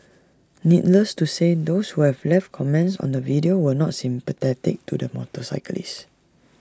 needless to say those who have left comments on the video were not sympathetic to the motorcyclist